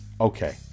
Okay